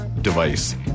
device